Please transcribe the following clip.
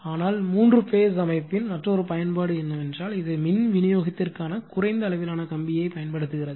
ஆனால் மூன்று பேஸ் அமைப்பின் மற்றொரு பயன்பாடு என்னவென்றால் இது மின் விநியோகத்திற்கான குறைந்த அளவிலான கம்பியைப் பயன்படுத்துகிறது